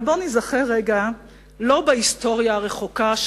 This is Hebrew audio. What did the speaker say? אבל בוא ניזכר רגע לא בהיסטוריה הרחוקה,